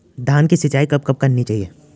धान की सिंचाईं कब कब करनी चाहिये?